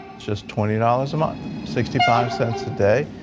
just twenty dollars a month, sixty five cents a day.